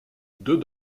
deux